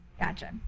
Gotcha